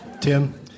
Tim